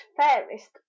fairest